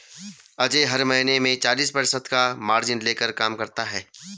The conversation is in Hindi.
अजय हर महीने में चालीस प्रतिशत का मार्जिन लेकर काम करता है